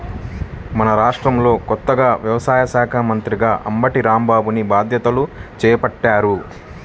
మన రాష్ట్రంలో కొత్తగా వ్యవసాయ శాఖా మంత్రిగా అంబటి రాంబాబుని బాధ్యతలను చేపట్టారు